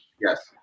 Yes